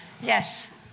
Yes